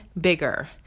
bigger